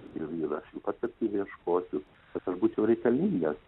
ir ir aš jų pats aktyviai ieškosiu kad aš būčiau reikalingas